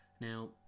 Now